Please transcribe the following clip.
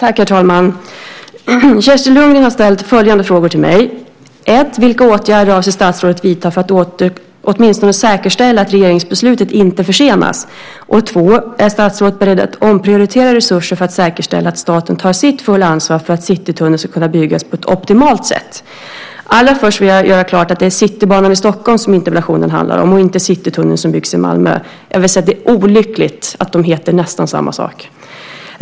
Herr talman! Kerstin Lundgren har ställt följande frågor till mig: 1. Vilka åtgärder avser statsrådet att vidta för att åtminstone säkerställa att regeringsbeslutet inte försenas? 2. Är statsrådet beredd att omprioritera resurser för att säkerställa att staten tar sitt fulla ansvar för att Citytunneln ska kunna byggas på ett optimalt sätt? Allra först vill jag göra klart att det är City banan i Stockholm som interpellationen handlar om, alltså inte City tunneln som byggs i Malmö. Det är olyckligt att de heter nästan samma sak.